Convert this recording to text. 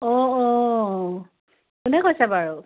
অঁ অঁ কোনে কৈছে বাৰু